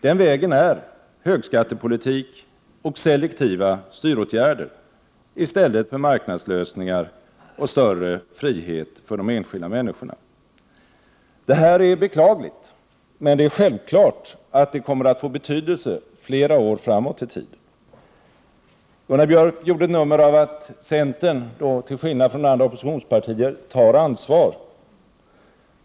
Den vägen är högskattepolitik och selektiva styråtgärder i stället för marknadslösningar och större frihet för de enskilda människorna. Detta är beklagligt, men det är självklart att det kommer att få betydelse flera år framåt i tiden. Gunnar Björk gjorde ett nummer av att centern till skillnad från andra oppositionspartier tar ansvar.